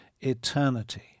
eternity